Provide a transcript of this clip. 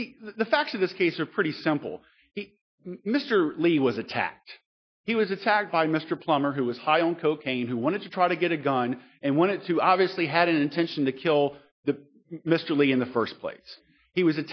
the the facts of this case are pretty simple mr lee was attacked he was attacked by mr plummer who was high on cocaine who wanted to try to get a gun and wanted to obviously had an intention to kill the mr lee in the first place he was